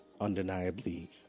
undeniably